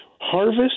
Harvest